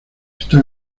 está